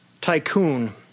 tycoon